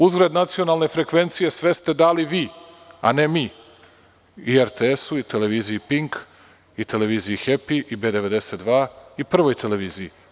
Uzgred, nacionalne frekvencije sve ste dali vi, a ne mi, i RTS-u i televiziji „Pink“ i televiziji „Hepi“ i „B92“ i „Prvoj televiziji“